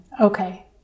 Okay